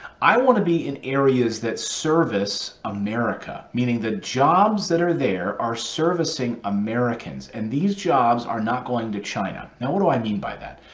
i want to be in areas that service america, meaning the jobs that are there are servicing americans. and these jobs are not going to china. now, what do i mean by that?